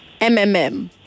MMM